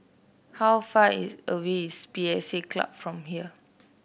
how far away is P S A Club from here